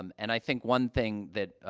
um and i think one thing that,